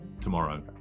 tomorrow